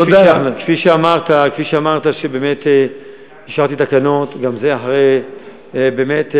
כפי שאמרת, באמת אישרתי תקנות, גם זה אחרי באמת,